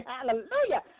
Hallelujah